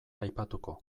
aipatuko